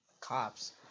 cops